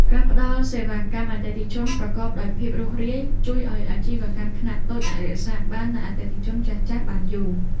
ការផ្តល់សេវាកម្មអតិថិជនប្រកបដោយភាពរូសរាយ ជួយឱ្យអាជីវកម្មខ្នាតតូចអាចរក្សាបាននូវអតិថិជនចាស់ៗបានយូរ។